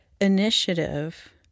initiative